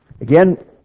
Again